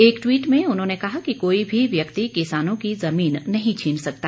एक ट्वीट में उन्होंने कहा कि कोई भी व्यक्ति किसानों की जमीन नहीं छीन सकता